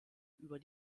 über